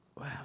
wow